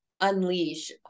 unleash